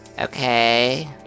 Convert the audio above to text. Okay